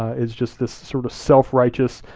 it's just this sort of self-righteous,